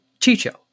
Chicho